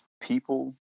people